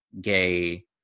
gay